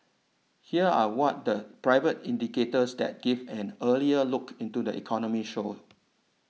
here are what the private indicators that give an earlier look into the economy show